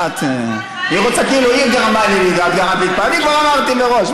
היא רוצה כאילו היא גרמה לי, אני כבר אמרתי מראש.